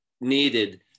needed